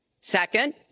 Second